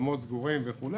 שהאולמות היו סגורים וכולי,